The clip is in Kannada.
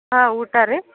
ಹಾಂ ಊಟ ರೀ